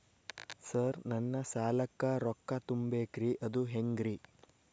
Sir ನನ್ನ ಸಾಲಕ್ಕ ರೊಕ್ಕ ತುಂಬೇಕ್ರಿ ಅದು ಹೆಂಗ್ರಿ?